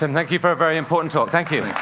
um thank you for a very important talk. thank you.